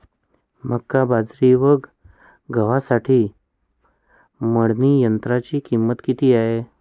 मका, बाजरी व गव्हासाठी मळणी यंत्राची किंमत किती आहे?